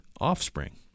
offspring